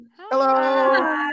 Hello